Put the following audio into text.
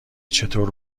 چطور